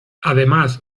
además